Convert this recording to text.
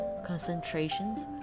Concentrations